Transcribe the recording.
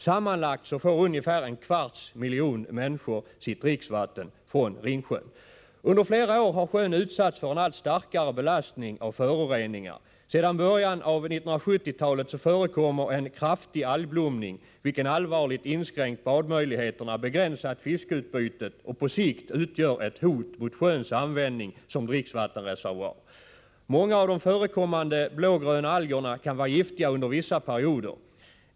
Sammanlagt får ungefär en kvarts miljon människor sitt dricksvatten från Ringsjön. Under flera år har sjön utsatts för en allt starkare belastning av föroreningar. Sedan början av 1970-talet förekommer en kraftig algblomning, vilken har allvarligt inskränkt badmöjligheterna och begränsat fiskeutbytet. På sikt utgör den ett hot mot sjöns användning som dricksvattenreservoar. Många av de förekommande blågröna algerna kan vara giftiga under vissa perioder.